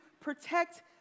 protect